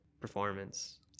performance